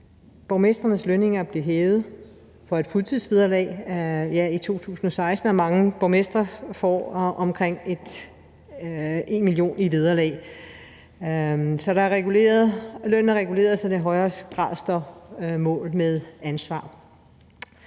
Borgmestrenes lønninger blev hævet for et fuldtidsvederlag i 2016, og mange borgmestre får omkring 1 mio. kr. i vederlag. Så lønnen er reguleret, så den i højere grad står mål med ansvaret.